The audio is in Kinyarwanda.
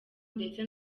ndetse